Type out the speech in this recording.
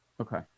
Okay